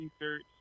research